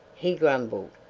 he grumbled,